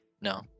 no